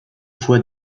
fois